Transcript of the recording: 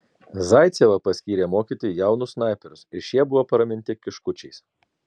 zaicevą paskyrė mokyti jaunus snaiperius ir šie buvo praminti kiškučiais